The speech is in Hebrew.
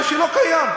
מה שלא קיים,